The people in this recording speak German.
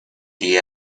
die